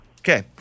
Okay